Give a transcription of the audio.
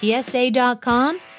PSA.com